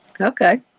Okay